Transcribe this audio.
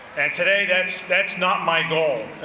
and today that's that's not my goal.